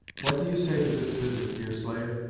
what do you say to this visit, deerslayer?